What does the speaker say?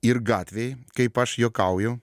ir gatvėj kaip aš juokauju